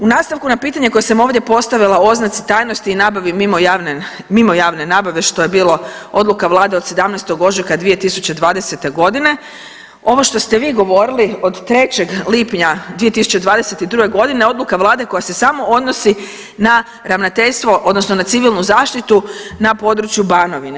U nastavku, na pitanje koje sam ovdje postavila o oznaci tajnosti i nabavi mimo javne nabave, što je bilo odluka Vlade od 17. ožujka 2020. g., ovo što ste vi govorili, od 3. lipnja 2022. g., odluka Vlade koja se samo odnosi na Ravnateljstvo, odnosno na civilnu zaštitu na području Banovine.